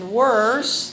worse